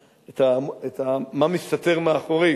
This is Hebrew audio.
ה"מה מסתתר מאחורי",